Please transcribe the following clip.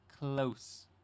Close